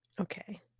Okay